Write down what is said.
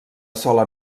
sola